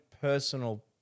personal